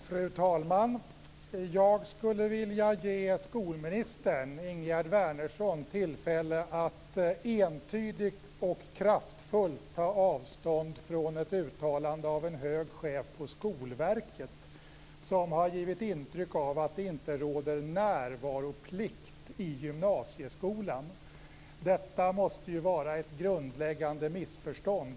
Fru talman! Jag skulle vilja ge skolminister Ingegerd Wärnersson tillfälle att entydigt och kraftfullt ta avstånd från ett uttalande av en hög chef på Skolverket som har givit intryck av att det inte råder närvaroplikt i gymnasieskolan. Detta måste ju vara ett grundläggande missförstånd.